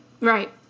Right